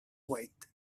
wait